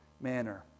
manner